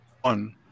one